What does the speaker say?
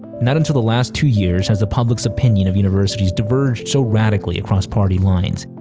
not until the last two years has the public's opinion of universities diverged so radically across party lines.